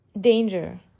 danger